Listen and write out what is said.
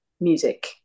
music